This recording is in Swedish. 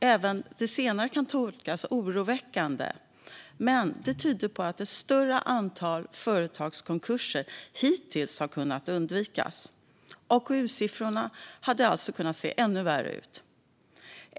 Även det senare kan tolkas som oroväckande, men det tyder på att ett större antal företagskonkurser hittills har kunnat undvikas. AKU-siffrorna hade alltså kunnat se ännu värre ut.